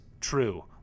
true